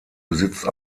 besitzt